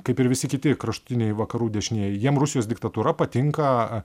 kaip ir visi kiti kraštutiniai vakarų dešinieji jiem rusijos diktatūra patinka